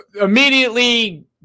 immediately